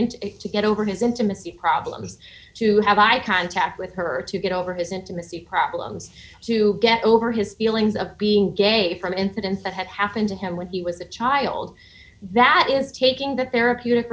and to get over his intimacy problems to have eye contact with her to get over his intimacy problems to get over his feelings of being gay from incidents that had happened to him when he was a child that is taking that the